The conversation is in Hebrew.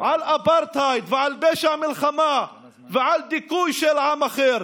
על אפרטהייד ועל פשע מלחמה ועל דיכוי של עם אחר.